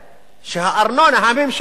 שהארנונה הממשלתית